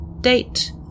Date